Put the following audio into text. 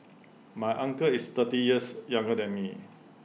my uncle is thirty years younger than me